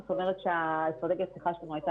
זאת אומרת אסטרטגיית הפתיחה שלנו הייתה